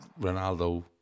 Ronaldo